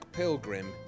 pilgrim